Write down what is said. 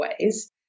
ways